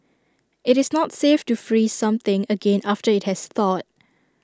IT is not safe to freeze something again after IT has thawed